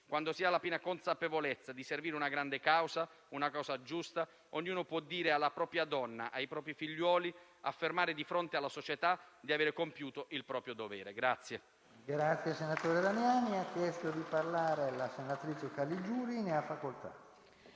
Quando si ha la piena consapevolezza di servire una grande causa, una causa giusta, ognuno può dire alla propria donna, ai propri figliuoli, affermare di fronte alla società, di avere compiuto il proprio dovere».